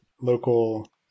local